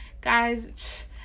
guys